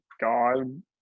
God